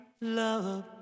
love